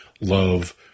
love